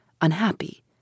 unhappy